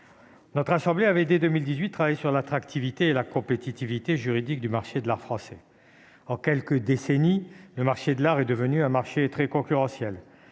Notre assemblée avait dès 2018 travaillé sur l'attractivité et la compétitivité juridique du marché de l'art français. En quelques décennies, le marché de l'art est devenu très concurrentiel.